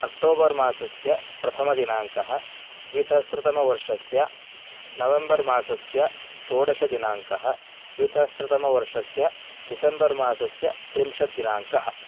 अक्टोबर्मासस्य प्रथमदिनाङ्कः द्विसहस्रतमवर्षस्य नवेम्बर् मासस्य षोडषदिनाङ्कः द्विसहस्रतमवर्षस्य डिसेम्बर्मासस्य त्रिंशद्दिनाङ्कः